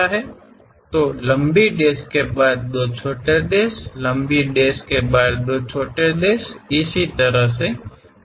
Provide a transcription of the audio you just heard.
ಆದ್ದರಿಂದ long dash ನಂತರ ಎರಡು ಸಣ್ಣ ಡ್ಯಾಶ್ಗಳು ಇರುತ್ತದೆ